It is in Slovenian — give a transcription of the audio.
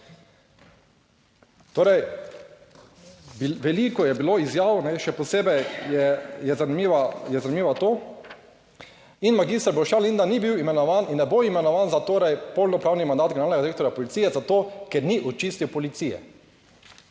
Torej veliko je bilo izjav. Še posebej je zanimiva, je zanimivo to, in magister Boštjan Lindav ni bil imenovan in ne bo imenovan za torej polnopravni mandat generalnega direktorja policije zato, ker ni očistil policije